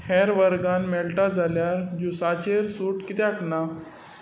हेर वर्गांत मेळटा जाल्यार जुसाचेर सूट कित्याक ना